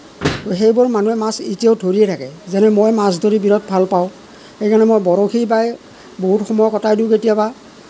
সেইবোৰ মানুহে মাছ এতিয়াও ধৰিয়েই থাকে যেনে মই মাছ ধৰি বিৰাট ভাল পাওঁ সেইকাৰণে মই বৰশী বাই বহুত সময় কটাই দিওঁ কেতিয়াবা